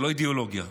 לא אידיאולוגיה,